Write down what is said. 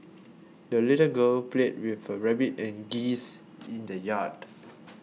the little girl played with her rabbit and geese in the yard